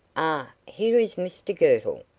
ah, here is mr girtle.